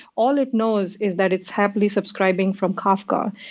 all it knows is that it's happily subscribing from kafka.